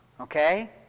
okay